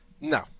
No